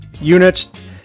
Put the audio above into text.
units